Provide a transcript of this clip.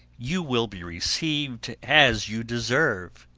you will be received as you deserve.